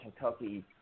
Kentucky